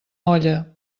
olla